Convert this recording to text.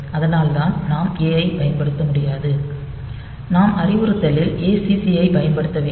அதனால்தான் நாம் A ஐப் பயன்படுத்த முடியாது நாம் அறிவுறுத்தலில் acc ஐப் பயன்படுத்த வேண்டும்